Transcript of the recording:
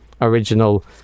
original